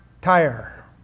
tire